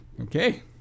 Okay